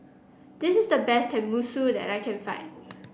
this is the best Tenmusu that I can find